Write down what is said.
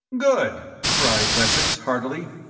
good, cried wessex, heartily.